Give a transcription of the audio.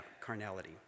carnality